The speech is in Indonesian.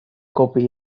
kopi